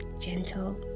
gentle